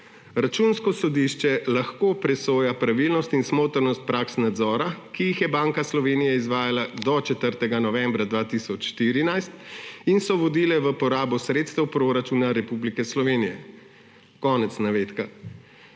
»Računsko sodišče lahko presoja pravilnost in smotrnost praks nadzora, ki jih je Banka Slovenije izvaja do 4. novembra 2014 in so vodile v porabo sredstev proračuna Republike Slovenije.« Konec navedka.